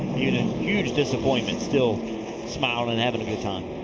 huge disappointment. still smiling, and having a good time.